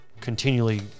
continually